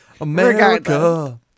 America